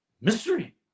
mystery